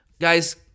guys